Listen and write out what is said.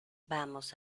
vamos